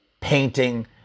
painting